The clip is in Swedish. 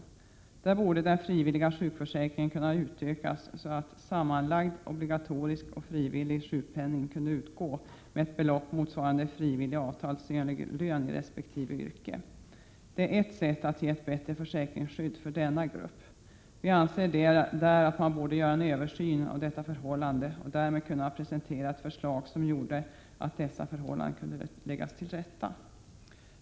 För dessa borde den frivilliga sjukförsäkringen kunna utökas så att sammanlagd obligatorisk och frivillig sjukpenning utgår med ett belopp motsvarande frivillig avtalsenlig lön i resp. yrke. Det är ett sätt att ge denna grupp ett bättre försäkringsskydd. Vi anser att man borde göra en översyn av dessa personers förhållanden och sedan presentera ett förslag som kunde leda till att dessa lades till rätta.